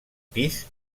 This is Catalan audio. pis